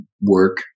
work